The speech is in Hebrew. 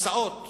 תוצאות